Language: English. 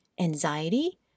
anxiety